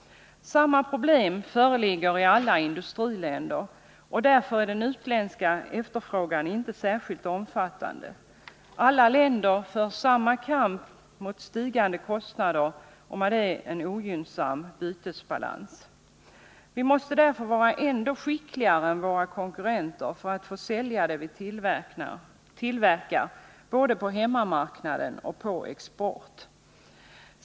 Samma problem föreligger i alla industriländer, och därför är den utländska efterfrågan inte särskilt omfattande. Alla länder för samma kamp mot stigande kostnader och ogynnsam bytesbalans. Vi måste därför vara ännu skickligare än våra konkurrenter för att få sälja det vi tillverkar både på hemmamarknaden och på export.